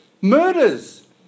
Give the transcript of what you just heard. Murders